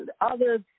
others